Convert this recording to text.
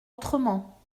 autrement